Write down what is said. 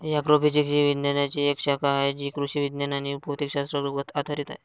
agrophysics ही विज्ञानाची एक शाखा आहे जी कृषी विज्ञान आणि भौतिक शास्त्रावर आधारित आहे